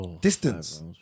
Distance